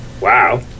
Wow